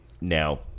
now